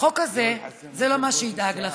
החוק הזה זה לא מה שידאג לכם.